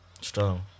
Strong